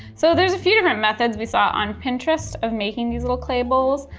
so, there's a few different methods we saw on pinterest of making these little clay bowls.